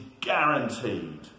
guaranteed